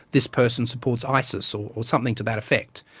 this person supports isis or something to that effect.